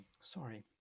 Sorry